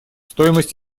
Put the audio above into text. стоимость